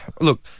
Look